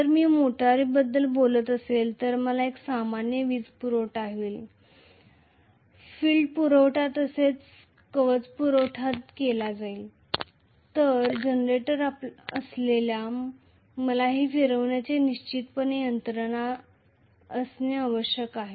जर मी मोटारबद्दल बोलत असेल तर मला एक सामान्य वीजपुरवठा होईल फील्ड करंट पुरवठा तसेच कवच पुरवठा केला जाईल तर जनरेटर असल्यास मला हे फिरवण्याची निश्चितपणे यंत्रणा असणे आवश्यक आहे